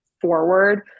forward